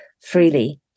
freely